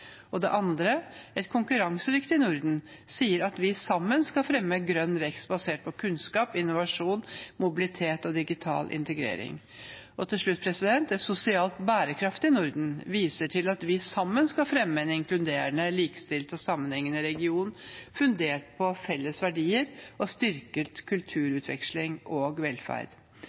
det andre: Et konkurransedyktig Norden sier at vi sammen skal fremme grønn vekst basert på kunnskap, innovasjon, mobilitet og digital integrering. Til slutt: Et sosialt bærekraftig Norden viser til at vi sammen skal fremme en inkluderende, likestilt og sammenhengende region fundert på felles verdier og styrket kulturutveksling og velferd.